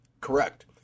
Correct